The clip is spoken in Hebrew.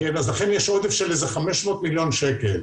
ולכן יש עודף של כ-500 מיליון שקל.